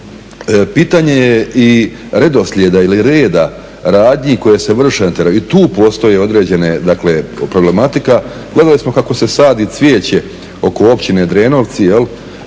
pitanje je i redoslijeda ili reda radnji koje se vrše na terenu i tu postoji određena problematika. Gledali smo kako se sadi cvijeće oko Općine Drenovci, a